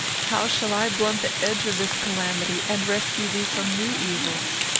how shall i blunt the edge of this calamity, and rescue thee from new evils?